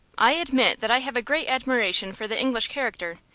i admit that i have a great admiration for the english character.